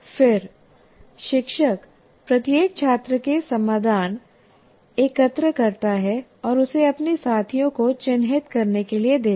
फिर शिक्षक प्रत्येक छात्र से समाधान एकत्र करता है और उसे अपने साथियों को चिह्नित करने के लिए देता है